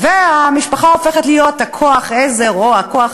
והמשפחה הופכת להיות כוח העזר או הכוח